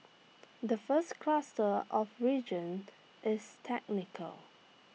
the first cluster of reasons is technical